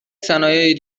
صنایع